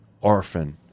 orphan